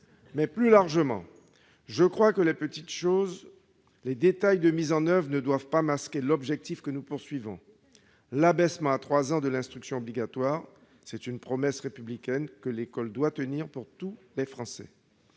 4. Plus largement, je crois que les petites choses, les détails de mise en oeuvre ne doivent pas masquer l'objectif : l'abaissement à 3 ans de l'âge de l'instruction obligatoire est une promesse républicaine que l'école doit tenir pour tous les Français.